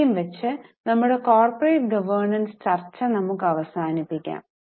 ഇത്രയും വച്ച് നമ്മുടെ കോർപ്പറേറ്റ് ഗോവെർണൻസ് ചർച്ച നമുക് അവസാനിപ്പിക്കാം